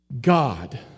God